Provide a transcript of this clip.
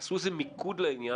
והאם עשו איזה מיקוד לעניין,